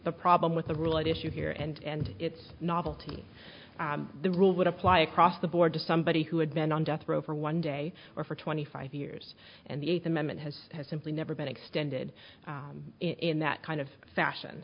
the problem with the rule at issue here and it's novelty the rules would apply across the board to somebody who had been on death row for one day or for twenty five years and the eighth amendment has simply never been extended in that kind of fashion